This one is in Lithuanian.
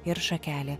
ir šakelė